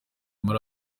muri